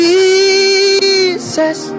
Jesus